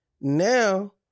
now